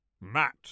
matt